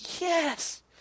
yes